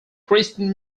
christine